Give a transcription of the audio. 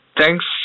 thanks